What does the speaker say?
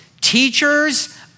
teachers